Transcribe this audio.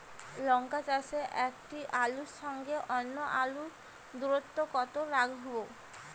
লঙ্কা চাষে একটি আলুর সঙ্গে অন্য আলুর দূরত্ব কত রাখবো?